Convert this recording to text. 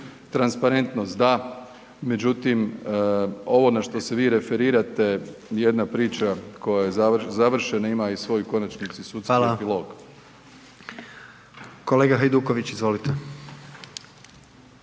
transparentnost da, međutim ovo na što se vi referirate je jedna priča koja je završena i ima u svojoj konačnici sudski epilog. **Jandroković, Gordan